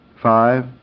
five